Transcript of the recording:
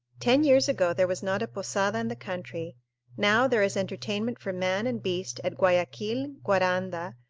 ten years ago there was not a posada in the country now there is entertainment for man and beast at guayaquil, guaranda,